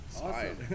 Awesome